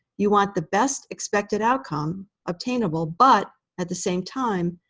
you want the best expected outcome obtainable, but at the same time,